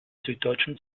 süddeutschen